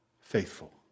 faithful